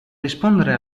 rispondere